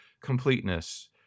completeness